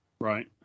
Right